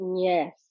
yes